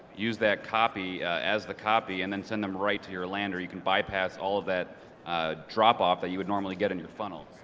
use that copy as the copy and then send them right to your land, or you can bypass all of that drop off that you would normally get in your funnel.